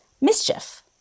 mischief